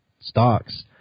stocks